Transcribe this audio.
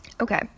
Okay